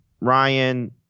Ryan